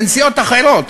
בין סיעות אחרות,